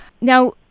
Now